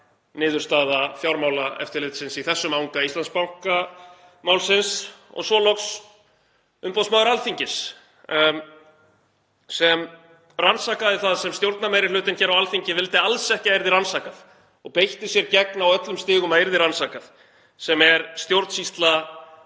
niðurstaða Fjármálaeftirlitsins í þessum anga Íslandsbankamálsins. Og svo loks umboðsmaður Alþingis sem rannsakaði það sem stjórnarmeirihlutinn á Alþingi vildi alls ekki að yrði rannsakað og beitti sér gegn á öllum stigum að yrði rannsakað, sem er stjórnsýsla